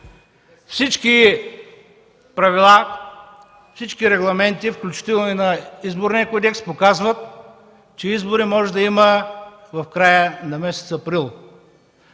Всички правила, всички регламенти, включително на Изборния кодекс, показват, че избори може да има в края на месец април.